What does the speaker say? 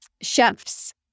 chefs